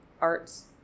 arts